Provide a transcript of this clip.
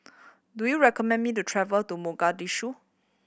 do you recommend me to travel to Mogadishu